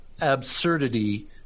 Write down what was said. absurdity